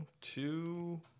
two